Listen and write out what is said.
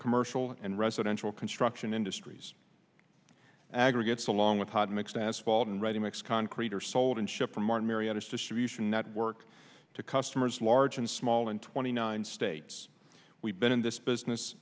commercial and residential construction industries aggregates along with hot mix asphalt and ready mix concrete are sold and shipped from martin marietta distribution network to customers large and small in twenty nine states we've been in this business